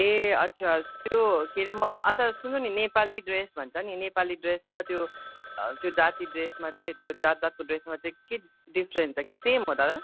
ए अच्छा त्यो के अरे अन्त सुन्नु नि नेपाली ड्रेस भन्छ नि नेपाली ड्रेस र त्यो त्यो जाति ड्रेसमा चाहिँ त्यो जात जातको ड्रेसमा चाहिँ के डिफ्रेन्स छ कि त्यो सेम हो दादा